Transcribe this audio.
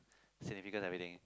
significant everything